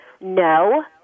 no